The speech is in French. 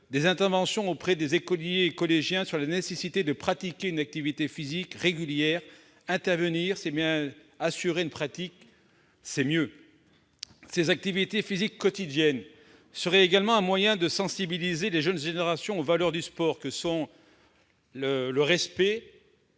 des interventions auprès des écoliers et collégiens pour faire valoir la nécessité de pratiquer une activité physique régulière. Intervenir, c'est bien ; assurer une pratique, c'est mieux ! Ces activités physiques quotidiennes permettraient également de sensibiliser les jeunes générations aux valeurs du sport que sont le respect,